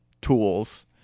tools